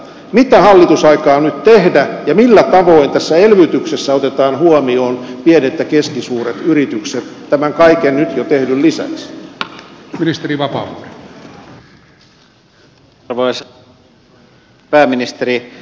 mitä hallitus aikoo nyt tehdä ja millä tavoin tässä elvytyksessä otetaan huomioon pienet ja keskisuuret yritykset tämän kaiken nyt jo tehdyn lisäksi